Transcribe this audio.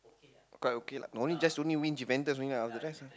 quite okay lah now only just win Juventus only what all the rest